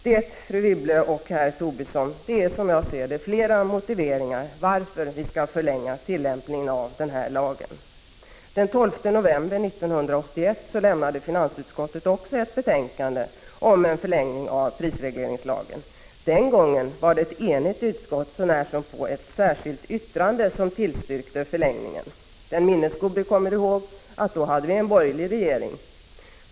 Detta, fru Wibble och herr Tobisson, är som jag ser det flera motiveringar för att vi skall förlänga tillämpningen av den här lagen. Den 12 november 1981 lade finansutskottet också fram ett betänkande om en förlängning av prisregleringslagen. Den gången var det ett enigt utskott — så när som på ett särskilt yttrande — som tillstyrkte förlängningen. Den minnesgode kommer ihåg att vi då hade en borgerlig regering.